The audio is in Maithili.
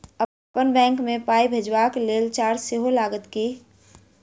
अप्पन बैंक मे पाई भेजबाक लेल चार्ज सेहो लागत की?